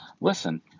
listen